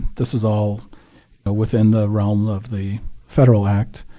this is all within the realm of the federal act.